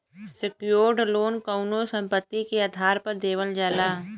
secured loan कउनो संपत्ति के आधार पर देवल जाला